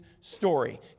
story